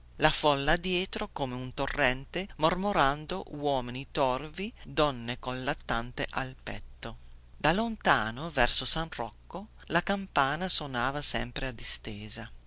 la folla dietro come un torrente mormorando uomini torvi donne col lattante al petto da lontano verso san rocco la campana sonava sempre a distesa